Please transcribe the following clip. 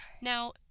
Now